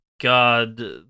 God